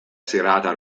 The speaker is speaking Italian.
serata